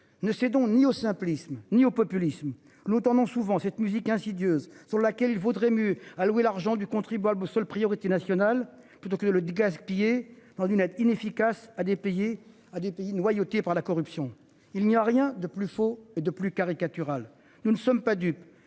ne cédons ni au simplisme, ni au populisme nous tendons souvent cette musique insidieuse sur laquelle il vaudrait mieux a loué l'argent du contribuable. Seule priorité nationale plutôt que de le gaspiller dans une aide inefficace à des payer à des pays noyautée par la corruption. Il n'y a rien de plus faux et de plus caricatural. Nous ne sommes pas dupes,